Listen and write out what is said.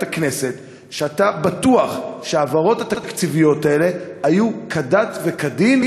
הכנסת שאתה בטוח שההעברות התקציביות האלה היו כדת וכדין,